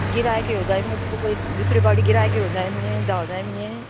गिरायक येवं जाय मगे तुका दुसरे पावटी गिरायक येवं जाय मगे जावं जाय मगे